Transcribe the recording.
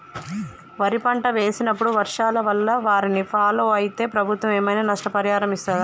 వరి పంట వేసినప్పుడు వర్షాల వల్ల వారిని ఫాలో అయితే ప్రభుత్వం ఏమైనా నష్టపరిహారం ఇస్తదా?